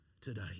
today